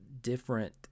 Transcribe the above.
different